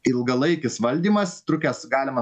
ilgalaikis valdymas trukęs galima